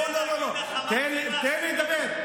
איימן, חמאס, צריך להשמיד אותו.